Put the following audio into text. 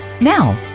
Now